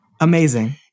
amazing